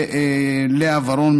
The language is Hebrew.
ללאה ורון,